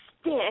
stick